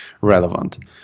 relevant